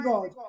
God